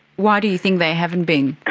why do you think they haven't been?